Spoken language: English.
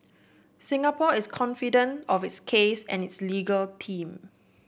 Singapore is confident of its case and its legal team